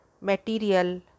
material